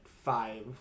five